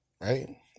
Right